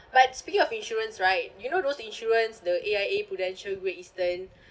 but speaking of insurance right you know those insurance the A_I_A prudential great eastern